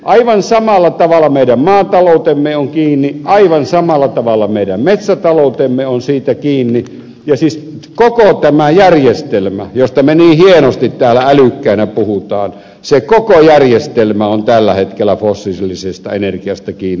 aivan samalla tavalla meidän maataloutemme on kiinni aivan samalla tavalla meidän metsätaloutemme on kiinni ja siis koko tämä järjestelmä josta me niin hienosti täällä älykkäinä puhumme on tällä hetkellä fossiilisesta energiasta kiinni